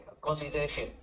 consideration